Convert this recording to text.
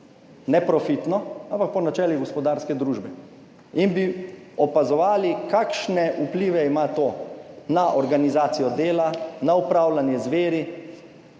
neprofitno, ampak po načelih gospodarske družbe in bi opazovali, kakšne vplive ima to na organizacijo dela, na upravljanje z viri.